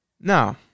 Now